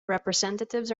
representatives